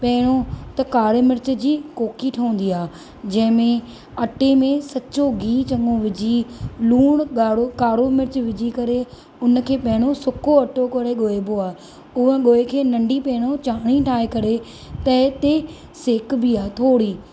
पहिरों त कारे मिर्च जी कोकी ठहंदी आहे जंहिंमें अटे में सचो गिहु चङो विझी लूणु ॻाढ़ो कारो मिर्च विझी करे उन खे पहिरों सुको अटो करे ॻोहिबो आहे उहा ॻोहे खे नंढी पहिरों चाणी ठाहे करे तइ ते सेकिबी आहे थोरी